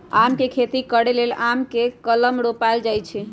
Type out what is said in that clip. आम के खेती करे लेल आम के कलम रोपल जाइ छइ